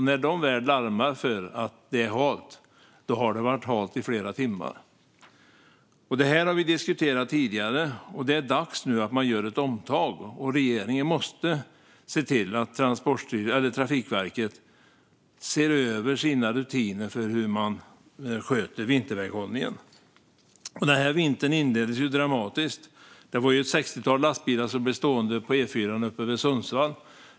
När de väl larmar för att det är halt har det varit halt i flera timmar. Detta har vi diskuterat tidigare. Det är nu dags att man gör ett omtag. Regeringen måste se till att Trafikverket ser över sina rutiner för hur man sköter vinterväghållningen. Denna vinter inleddes ju dramatiskt när ett sextiotal lastbilar blev stående på E4:an uppe vid Sundsvall.